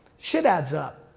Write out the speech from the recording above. shit adds up.